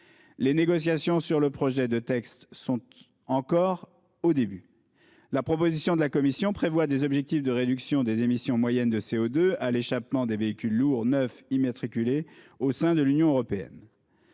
Les négociations sur le projet de texte n'en sont encore qu'à leur début. La proposition de la Commission européenne prévoit des objectifs de réduction des émissions moyennes de CO2 à l'échappement des véhicules lourds neufs immatriculés au sein de l'Union européenne.